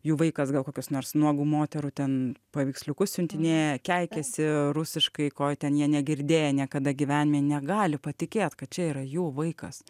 jų vaikas gal kokios nors nuogų moterų ten paveiksliukus siuntinėja keikiasi rusiškai ko ten jie negirdėję niekada gyvenime negali patikėt kad čia yra jų vaikas